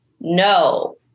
no